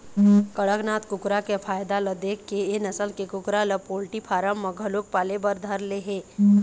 कड़कनाथ कुकरा के फायदा ल देखके ए नसल के कुकरा ल पोल्टी फारम म घलोक पाले बर धर ले हे